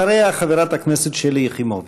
אחריה, חברת הכנסת שלי יחימוביץ.